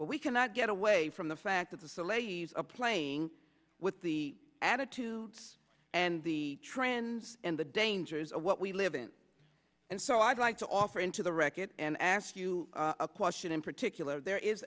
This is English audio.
but we cannot get away from the fact that the salafis of playing with the attitudes and the trends and the dangers of what we live in and so i'd like to offer into the record and ask you a question in particular there is